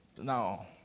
Now